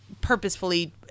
purposefully